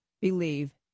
believe